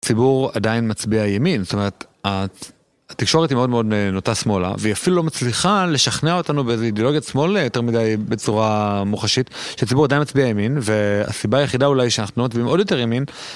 ציבור עדיין מצביע ימין, זאת אומרת, התקשורת היא מאוד מאוד נוטה שמאלה, והיא אפילו לא מצליחה לשכנע אותנו באיזו אידאולוגיה שמאלה יותר מדי בצורה מוחשית, שציבור עדיין מצביע ימין, והסיבה היחידה אולי שאנחנו נוטבים עוד יותר ימין.